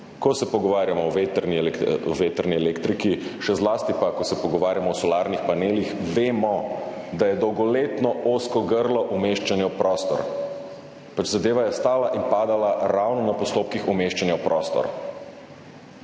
Ko se pogovarjamo o vetrni elektriki, še zlasti pa, ko se pogovarjamo o solarnih panelih, vemo, da je dolgoletno ozko grlo umeščanje v prostor. Zadeva je stala in padala ravno na postopkih umeščanja v prostor.